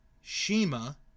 Shima